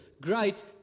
Great